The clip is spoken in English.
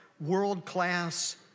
world-class